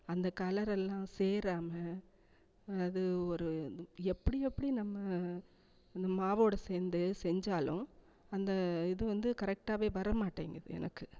அந்த கலரெல்லாம் சேராமல் அது ஒரு எப்படி எப்படி நம்ம அந்த மாவோடு சேர்ந்து செஞ்சாலும் அந்த இது வந்து கரெக்டாகவே வர மாட்டேங்கிது எனக்கு